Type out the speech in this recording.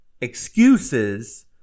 excuses